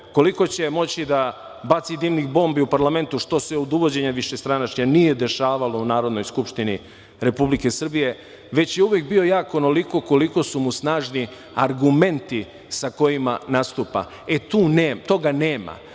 koliko će moći da baci dimnih bombi u parlamentu, što se od uvođenja višestranačja nije dešavalo u Narodnoj skupštini Republike Srbije, već je uvek bio jak onoliko koliko su mu snažni argumenti sa kojima nastupa. E, toga nema,